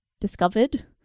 discovered